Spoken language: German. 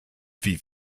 wie